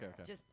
okay